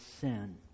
sin